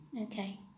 Okay